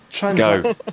Go